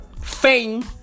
fame